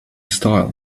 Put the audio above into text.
style